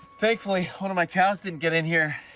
thankfully, one of my cows didn't get in here.